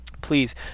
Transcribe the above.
please